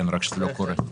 רק שזה לא קורה.